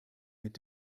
mit